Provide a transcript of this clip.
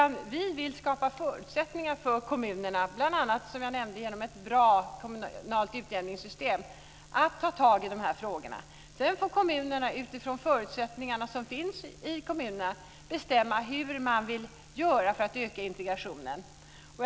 Vi vill skapa förutsättningar för kommunerna bl.a. genom ett bra kommunalt utjämningssystem så att de kan ta tag i dessa frågor. Sedan får kommunerna utifrån de förutsättningar som finns bestämma hur man vill göra för att öka integrationen.